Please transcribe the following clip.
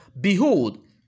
behold